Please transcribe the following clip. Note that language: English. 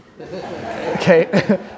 Okay